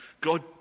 God